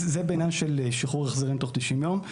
זה בעניין שחרור ההחזרים בתוך 90 יום.